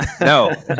no